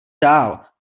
dál